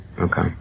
Okay